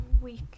week